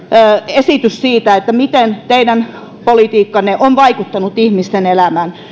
esitys siitä miten teidän politiikkanne on vaikuttanut ihmisten elämään